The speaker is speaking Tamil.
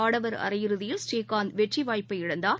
ஆடவர் அரையிறுதியில் ஸ்ரீகாந்த் வெற்றிவாய்ப்பை இழந்தார்